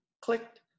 clicked